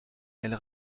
elle